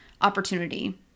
opportunity